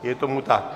Je tomu tak.